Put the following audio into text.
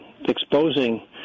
exposing